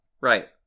right